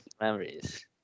memories